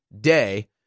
day